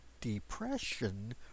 depression